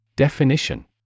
Definition